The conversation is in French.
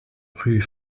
rue